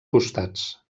costats